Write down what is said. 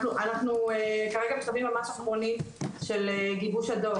אנחנו כרגע בשלבים ממש אחרונים של גיבוש הדוח.